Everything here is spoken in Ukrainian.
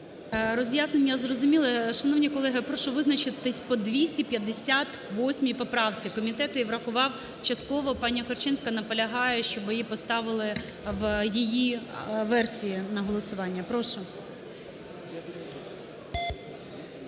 Роз'яснення зрозуміле. Шановні колеги, прошу визначитися по 258 поправці. Комітет її врахував частково. Пані Корчинська наполягає, щоб її поставили в її версії на голосування. Прошу.